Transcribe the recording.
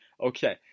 Okay